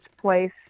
place